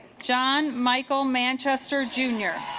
john michael manchester jr.